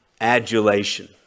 adulation